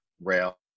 rail